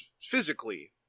physically